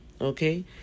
okay